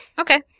Okay